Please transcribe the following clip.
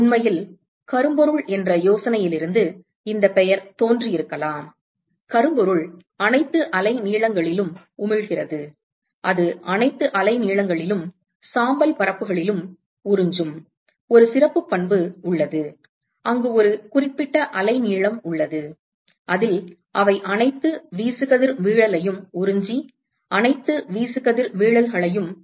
உண்மையில் கரும்பொருள் என்ற யோசனையிலிருந்து இந்த பெயர் தோன்றியிருக்கலாம் கரும்பொருள் அனைத்து அலைநீளங்களிலும் உமிழ்கிறது அது அனைத்து அலைநீளங்களிலும் சாம்பல் பரப்புகளிலும் உறிஞ்சும் ஒரு சிறப்புப் பண்பு உள்ளது அங்கு ஒரு குறிப்பிட்ட அலைநீளம் உள்ளது அதில் அவை அனைத்து வீசுகதிர்வீழலையும் உறிஞ்சி அனைத்து வீசுகதிர்வீழல்களையும் வெளியிடுகின்றன